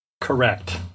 Correct